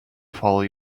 follow